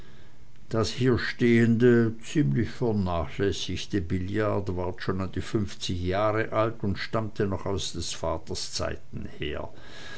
das hier stehende ziemlich vernachlässigte billard war schon an die fünfzig jahre alt und stammte noch aus des vaters zeiten her